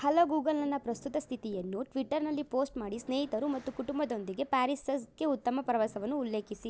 hello Google ನನ್ನ ಪ್ರಸ್ತುತ ಸ್ಥಿತಿಯನ್ನು ಟ್ವಿಟರ್ನಲ್ಲಿ ಪೋಸ್ಟ್ ಮಾಡಿ ಸ್ನೇಹಿತರು ಮತ್ತು ಕುಟುಂಬದೊಂದಿಗೆ ಪ್ಯಾರಿಸಸ್ಗೆ ಉತ್ತಮ ಪ್ರವಾಸವನ್ನು ಉಲ್ಲೇಖಿಸಿ